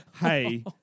hey